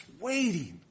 waiting